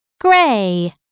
gray